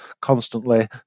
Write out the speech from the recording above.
constantly